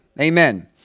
Amen